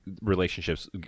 relationships